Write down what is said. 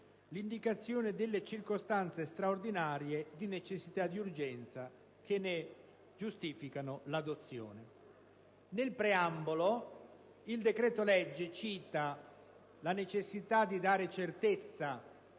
l'indicazione delle circostanze straordinarie di necessità e di urgenza che ne giustificano l'adozione. Nel preambolo del decreto-legge oggi al nostro esame viene